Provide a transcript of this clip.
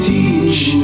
Teach